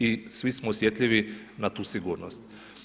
I svi smo osjetljivi na tu sigurnost.